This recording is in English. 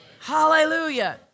hallelujah